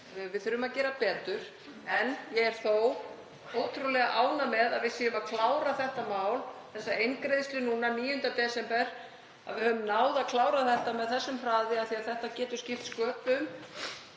Við þurfum að gera betur en ég er þó ótrúlega ánægð með að við séum að klára þetta mál, þessa eingreiðslu, núna 9. desember, að við höfum náð að klára það með hraði. Það getur skipt sköpum